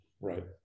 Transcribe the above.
Right